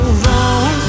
wrong